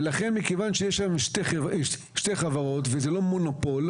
מכיוון שיש היום שתי חברות וזה לא מונופול,